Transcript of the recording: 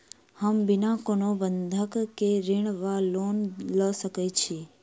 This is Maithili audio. हम बिना कोनो बंधक केँ ऋण वा लोन लऽ सकै छी?